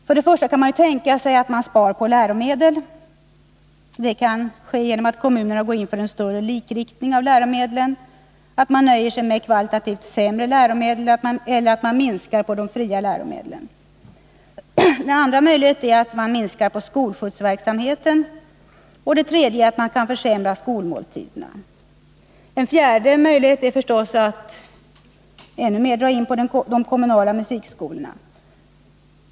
För det första kan man spara på läromedel. Det kan ske genom att kommunerna går in för en större likriktning av läromedlen, genom att man nöjer sig med kvalitativt sett sämre läromedel eller genom att man drar in på de fria läromedlen. En annan möjlighet är att man minskar skolskjutsverksamheten. En tredje är att man försämrar skolmåltiderna. En fjärde möjlighet är förstås att dra in på de kommunala musikskolorna.